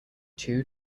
two